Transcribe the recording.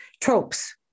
tropes